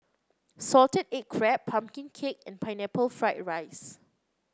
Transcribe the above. Salted Egg Crab pumpkin cake and Pineapple Fried Rice